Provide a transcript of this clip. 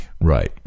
right